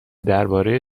درباره